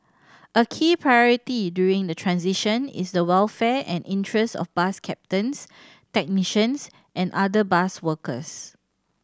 a key priority during the transition is the welfare and interest of bus captains technicians and other bus workers